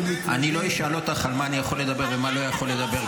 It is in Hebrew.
אני לא אשאל אותך על מה אני יכול לדבר ועל מה אני לא יכול לדבר,